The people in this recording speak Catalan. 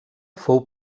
fou